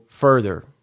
further